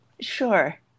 Sure